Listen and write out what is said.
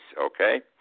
okay